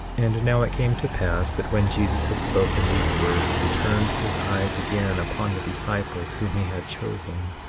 and now it came to pass that when jesus had spoken these words, he turned his eyes again upon the disciples whom he had chosen,